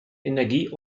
energie